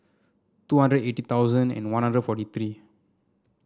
two hundred eighty thousand and One Hundred forty three